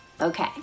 Okay